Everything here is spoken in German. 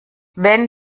wenn